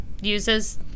uses